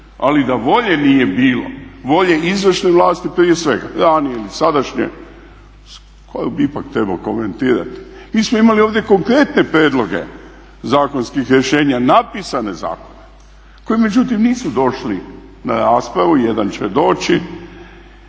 ali da volje nije bilo, volje izvršne vlasti prije svega, ranije ili sadašnje, koju bi ipak trebao komentirati. Mi smo imali ovdje konkretne prijedloge zakonskih rješenja napisane zakone koji međutim nisu došli na raspravu, jedan će doći,